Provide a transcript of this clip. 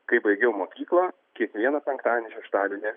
kai baigiau mokyklą kiekvieną penktadienį šeštadienį